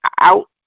out